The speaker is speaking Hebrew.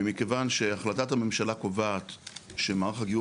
ומכיוון שהחלטת הממשלה קובעת שמערך הגיור